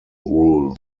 rule